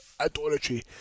idolatry